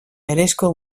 berezko